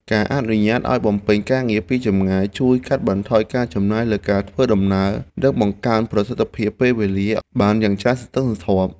ការអនុញ្ញាតឱ្យបំពេញការងារពីចម្ងាយជួយកាត់បន្ថយការចំណាយលើការធ្វើដំណើរ និងបង្កើនប្រសិទ្ធភាពពេលវេលាបានយ៉ាងច្រើនសន្ធឹកសន្ធាប់។